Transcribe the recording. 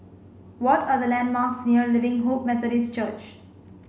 what are the landmarks near Living Hope Methodist Church